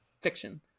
fiction